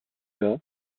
bas